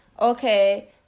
okay